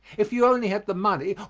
if you only had the money,